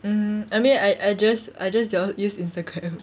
mm I mean I I just I just don't use Instagram